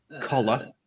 Collar